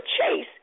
Chase